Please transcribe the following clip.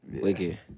Wicked